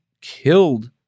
killed